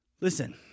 Listen